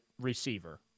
receiver